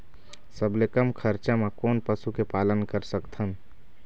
सबले कम खरचा मा कोन पशु के पालन कर सकथन?